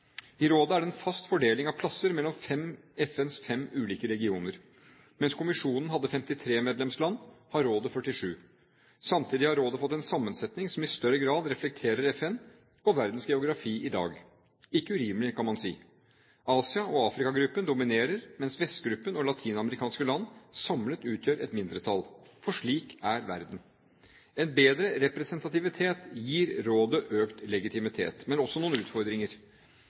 I rådet er det en fast fordeling av plasser mellom FNs fem ulike regioner. Mens kommisjonen hadde 53 medlemsland, har rådet 47. Samtidig har rådet fått en sammensetning som i større grad reflekterer FN og verdens geografi i dag – ikke urimelig kan man si. Asia- og Afrika-gruppen dominerer, mens Vestgruppen og latinamerikanske land samlet utgjør et mindretall – for slik er verden. En bedre representativitet gir rådet økt legitimitet, men også noen utfordringer.